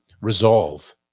Resolve